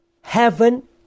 Heaven